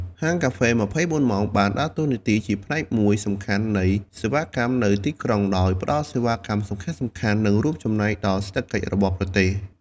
ហាងកាហ្វេ ២៤ ម៉ោង បានដើរតួជាផ្នែកមួយសំខាន់នៃសេវាកម្មនៅទីក្រុង ដោយផ្តល់សេវាកម្មសំខាន់ៗ និងរួមចំណែកដល់សេដ្ឋកិច្ចរបស់ប្រទេស។